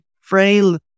frail